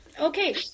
Okay